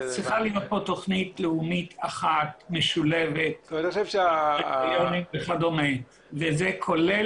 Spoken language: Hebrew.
צריכה להיות תוכנית לאומית אחת משולבת וזה כולל